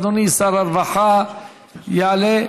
אדוני שר הרווחה יעלה.